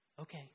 Okay